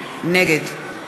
מול מי אני מתנהל בנושא הזה,